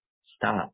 stop